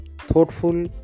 thoughtful